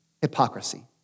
hypocrisy